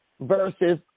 versus